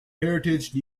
heritage